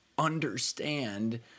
understand